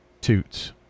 toots